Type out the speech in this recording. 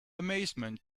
amazement